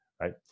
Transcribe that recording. right